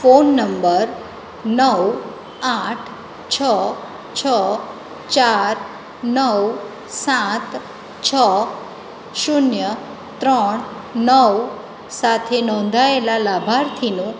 phone number નવ આઠ છ છ ચાર નવ સાત છ શૂન્ય ત્રણ નવ સાથે નોંધાયેલા લાભાર્થીનું